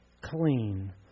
clean